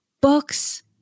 books